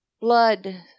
Blood